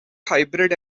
hybrid